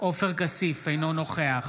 עופר כסיף, אינו נוכח